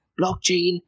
Blockchain